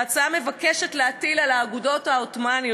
ההצעה מבקשת להטיל על האגודות העות'מאניות